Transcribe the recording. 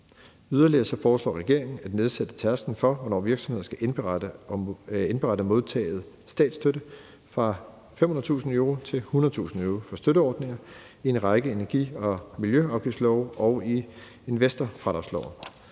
Yderligere foreslår regeringen at nedsætte tærsklen for, hvornår virksomheder skal indberette modtaget statsstøtte, fra 500.000 euro til 100.000 euro ved støtteordninger i en række energi- og miljøafgiftslove og i investorfradragsloven.